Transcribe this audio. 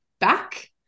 Back